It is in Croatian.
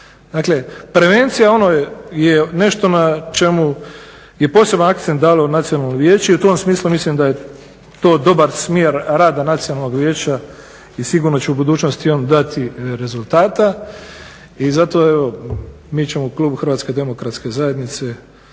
Dakle prevencija je nešto na čemu je poseban akcent dalo Nacionalno vijeće i u tom smislu mislim da je to dobar smjer rada Nacionalnog vijeća i sigurno će u budućnosti on dati rezultata i zato evo mi ćemo, klub HDZ-a podržati ovo izvješće